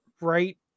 right